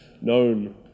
known